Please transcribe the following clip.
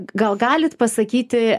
gal galit pasakyti